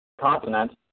continent